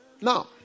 Now